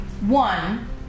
One